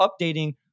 updating